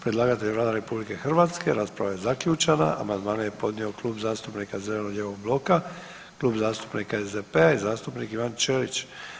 Predlagatelj je Vlada RH, rasprava je zaključena, amandmane je podnio Klub zastupnika zeleno-lijevog bloka, Klub zastupnika SDP-a i zastupnik Ivan Ćelić.